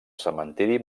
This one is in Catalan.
cementiri